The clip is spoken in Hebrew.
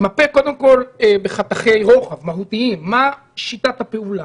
קודם כול בחתכי רוחב מהותיים מה שיטת הפעולה,